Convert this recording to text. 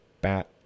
bat